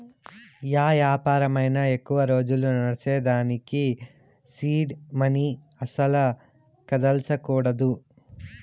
yeah యాపారమైనా ఎక్కువ రోజులు నడ్సేదానికి సీడ్ మనీ అస్సల కదల్సకూడదు